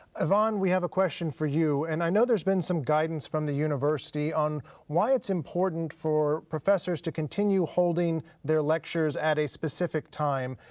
yvonne, we have a question for you and i know there's been some guidance from the university on why it's important for professors to continue holding their lectures at a specific time.